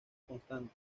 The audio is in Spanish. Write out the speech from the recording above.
constante